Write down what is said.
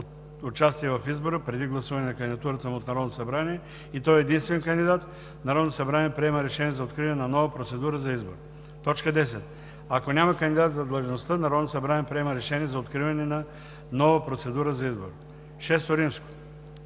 участие в избора преди гласуване на кандидатурата му от Народното събрание, и той е единствен кандидат, Народното събрание приема решение за откриване на нова процедура за избор. 10. Ако няма кандидат за длъжността, Народното събрание приема решение за откриване на нова процедура за избор. VІ.